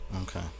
okay